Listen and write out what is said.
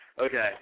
Okay